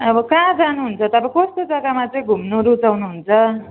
अब कहाँ जानुहुन्छ तपाईँ कस्तो जग्गामा चाहिँ घुम्नु रुचाउनु हुन्छ